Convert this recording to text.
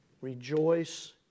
Rejoice